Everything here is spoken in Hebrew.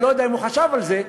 אני לא יודע אם הוא חשב על זה,